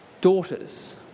daughters